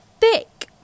thick